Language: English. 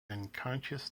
unconscious